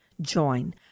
Join